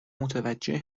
متوجه